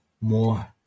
more